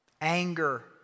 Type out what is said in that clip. anger